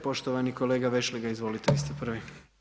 Poštovani kolega Vešligaj, izvolite, vi ste prvi.